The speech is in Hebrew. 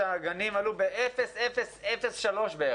שהגנים עלו ב-0.003 בערך.